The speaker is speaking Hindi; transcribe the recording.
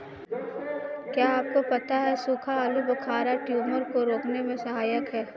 क्या आपको पता है सूखा आलूबुखारा ट्यूमर को रोकने में सहायक है?